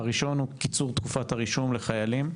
הראשון - קיצור תקופת הרישום לחיילים,